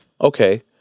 okay